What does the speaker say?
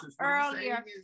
earlier